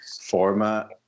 format